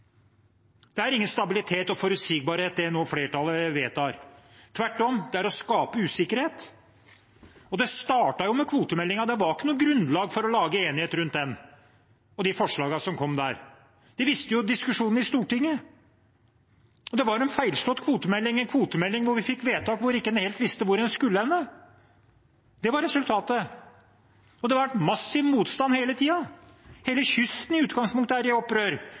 Det er ingen stabilitet og forutsigbarhet, det flertallet nå vedtar. Tvert om er det å skape usikkerhet, og det startet med kvotemeldingen. Det var ikke noe grunnlag for å lage enighet rundt den og de forslagene som kom der. Det viste jo diskusjonen i Stortinget. Det var en feilslått kvotemelding – en kvotemelding der vi fikk vedtak der en ikke helt visste hvor hen en skulle. Det var resultatet, og det har vært massiv motstand hele tiden. Hele kysten er i utgangspunktet i opprør